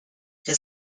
his